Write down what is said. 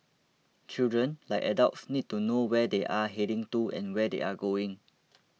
children like adults need to know where they are heading to and where they are going